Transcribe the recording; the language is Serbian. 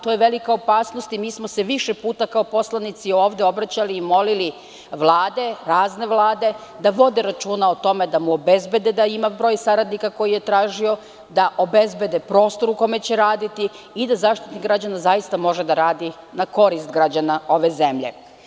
To je velika opasnost i mi smo se više puta kao poslanici ovde obraćali i molili vlade, razne vlade da vode računa o tome da obezbede broj saradnika koji je tražio, da obezbede prostor u kome će raditi i da Zaštitnik građana zaista može da radi u korist građana ove zemlje.